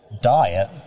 diet